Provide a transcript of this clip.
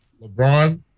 LeBron